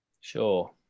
Sure